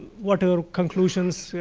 what our conclusions,